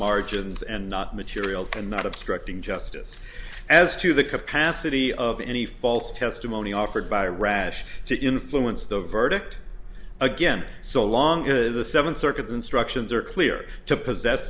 margins and not material and not obstructing justice as to the capacity of any false testimony offered by rash to influence the verdict again so long in the seventh circuit the instructions are clear to possess